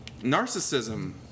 Narcissism